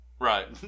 Right